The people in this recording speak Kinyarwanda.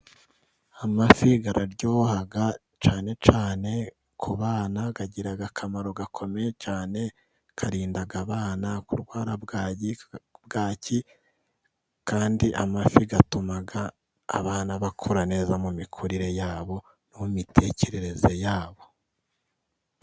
Amafi aryoha cane cyane ku bana agira akamaro gakomeye cyane, arinda abana kurwara bwaki kandi amafi atuma abana bakura neza mu mikurire yabo no m'imitekerereze yabo.